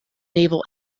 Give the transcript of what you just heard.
naval